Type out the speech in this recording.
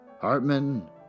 Hartman